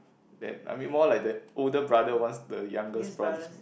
that I mean more like the older brother wants the youngest brother